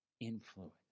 influence